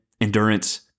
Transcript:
endurance